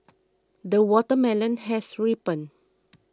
the watermelon has ripened